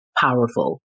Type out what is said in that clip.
powerful